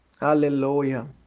Hallelujah